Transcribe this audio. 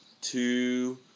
two